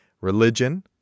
Religion